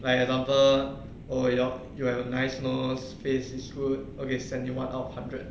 like example oh you know you have a nice nose face is good okay seventy one out of hundred